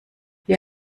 wir